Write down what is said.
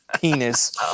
penis